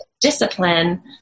discipline